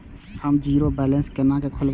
हम zero balance केना खोलैब?